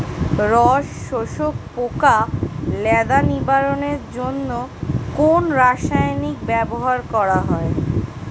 রস শোষক পোকা লেদা নিবারণের জন্য কোন রাসায়নিক ব্যবহার করা হয়?